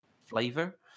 flavor